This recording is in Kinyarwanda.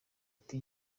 ati